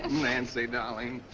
nancy, darling.